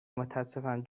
متاسفم